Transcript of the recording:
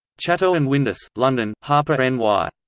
chatto and windus, london harper n y.